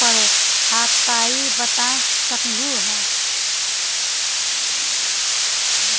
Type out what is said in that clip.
परो हकाई बता सकनुह?